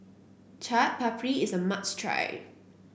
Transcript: Chaat Papri is a must try